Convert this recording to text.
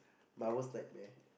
my worst nightmare